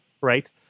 right